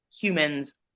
humans